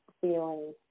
feeling